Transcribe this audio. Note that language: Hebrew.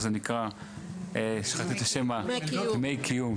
דמי קיום,